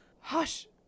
Hush